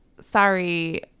sorry